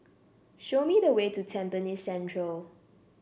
show me the way to Tampines Central